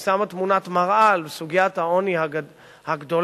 היא שמה תמונת מראה על סוגיית העוני הגדולה,